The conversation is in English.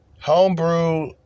Homebrew